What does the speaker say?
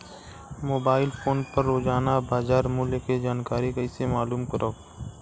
Mobile phone पर रोजाना बाजार मूल्य के जानकारी कइसे मालूम करब?